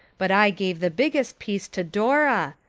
but i give the biggest piece to dora.